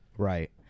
Right